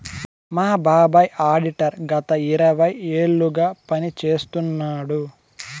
మా బాబాయ్ ఆడిటర్ గత ఇరవై ఏళ్లుగా పని చేస్తున్నాడు